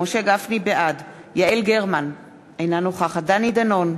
בעד יעל גרמן, אינה נוכחת דני דנון,